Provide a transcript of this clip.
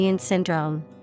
Syndrome